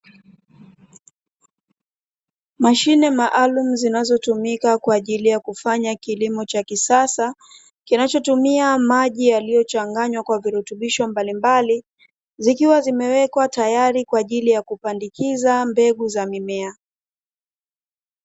Mashine maalumu zinazotumika kwa ajili ya kufanya kilimo cha kisasa, kinachotumia maji yaliyo changanywa kwa virutubisho mbalimbali, zikiwa zimewekwa tayari kwa jili ya kupandikiza mbegu za mimea.